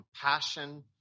compassion